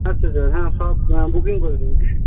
আচ্ছা আচ্ছা হ্যাঁ সব বুকিং করে দিন হুম